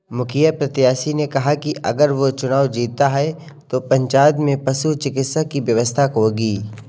मुखिया प्रत्याशी ने कहा कि अगर वो चुनाव जीतता है तो पंचायत में पशु चिकित्सा की व्यवस्था होगी